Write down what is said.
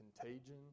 contagion